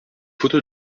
photos